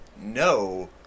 no